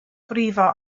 brifo